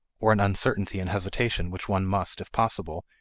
or an uncertainty and hesitation which one must, if possible,